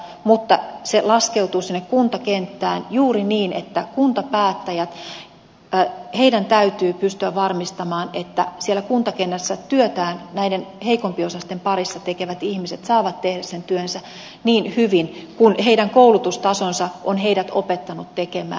mutta se laskeutuu sinne kuntakenttään juuri niin että kuntapäättäjien täytyy pystyä varmistamaan että siellä kuntakentässä työtään näiden heikompiosaisten parissa tekevät ihmiset saavat tehdä sen työnsä niin hyvin kuin heidän koulutustasonsa on heidät opettanut tekemään